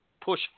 push